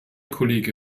kollege